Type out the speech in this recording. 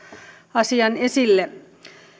asian esille